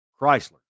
Chrysler